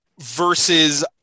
versus